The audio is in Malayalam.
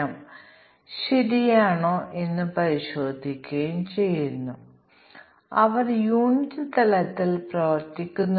ഈ സാധ്യമായ കോമ്പിനേഷനുകൾ നൽകുമ്പോൾ സിസ്റ്റം എസ് എല്ലായ്പ്പോഴും ഒരേ രീതിയിൽ പ്രവർത്തിക്കുന്നു